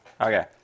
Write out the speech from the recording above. okay